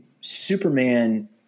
Superman